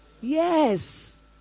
yes